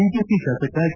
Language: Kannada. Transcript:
ಬಿಜೆಪಿ ಶಾಸಕ ಕೆ